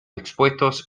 expuestos